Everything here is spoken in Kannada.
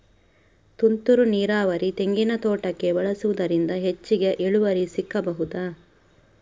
ತುಂತುರು ನೀರಾವರಿ ತೆಂಗಿನ ತೋಟಕ್ಕೆ ಬಳಸುವುದರಿಂದ ಹೆಚ್ಚಿಗೆ ಇಳುವರಿ ಸಿಕ್ಕಬಹುದ?